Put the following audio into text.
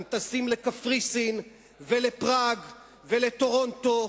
הם טסים לקפריסין ולפראג ולטורונטו,